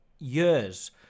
years